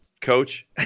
coach